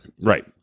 Right